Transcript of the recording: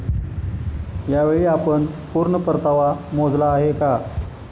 यावेळी आपण पूर्ण परतावा मोजला आहे का?